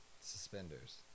suspenders